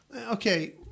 okay